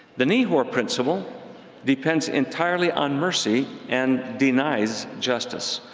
the nehor principle depends entirely on mercy and denies justice,